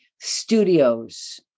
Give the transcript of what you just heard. studios